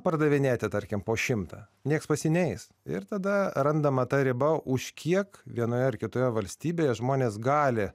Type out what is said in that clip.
pardavinėti tarkim po šimtą nieks pas jį neis ir tada randama ta riba už kiek vienoje ar kitoje valstybėje žmonės gali